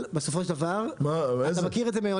אבל בסופו של דבר, ואתה מכיר את זה,